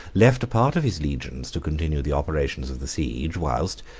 left a part of his legions to continue the operations of the siege, whilst,